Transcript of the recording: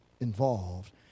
involved